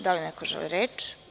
Da li neko želi reč?